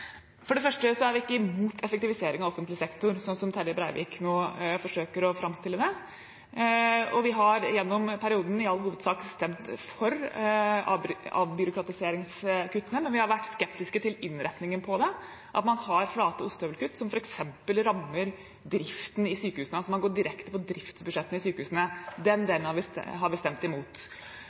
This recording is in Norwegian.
For det første er vi ikke imot effektivisering av offentlig sektor, slik representanten Terje Breivik nå forsøker å framstille det som. Vi har gjennom denne perioden i all hovedsak stemt for avbyråkratiseringskuttene, men vi har vært skeptiske til innretningen av dem – at man har flate ostehøvelkutt som f.eks. rammer driften i sykehusene, at man går direkte på driftsbudsjettene i sykehusene. Den delen har vi stemt imot.